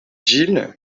gille